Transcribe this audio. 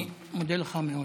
אני מודה לך מאוד,